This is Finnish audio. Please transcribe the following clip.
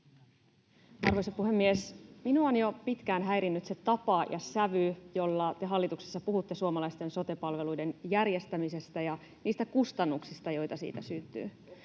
Arvoisa puhemies! Minua on jo pitkään häirinnyt se tapa ja sävy, jolla te hallituksessa puhutte suomalaisten sote-palveluiden järjestämisestä ja niistä kustannuksista, joita siitä syntyy